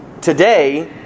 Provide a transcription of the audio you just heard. Today